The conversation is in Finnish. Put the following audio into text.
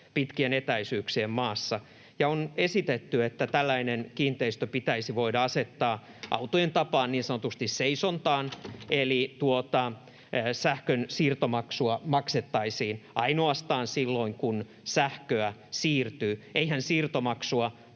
pitkien etäisyyksien maassa ja on esitetty, että tällainen kiinteistö pitäisi voida asettaa autojen tapaan niin sanotusti seisontaan, eli tuota sähkön siirtomaksua maksettaisiin ainoastaan silloin, kun sähköä siirtyy. Eihän siirtomaksua